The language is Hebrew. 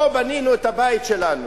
פה בנינו את הבית שלנו.